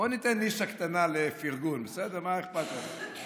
בואו ניתן נישה קטנה לפרגון, בסדר, מה אכפת לך?